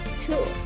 tools